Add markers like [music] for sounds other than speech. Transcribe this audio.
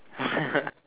[laughs]